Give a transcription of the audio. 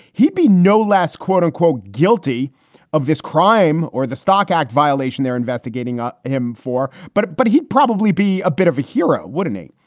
he'd be no last, quote unquote guilty of this crime or the stock act violation they're investigating ah him for. but but he'd probably be a bit of a hero, wouldn't he?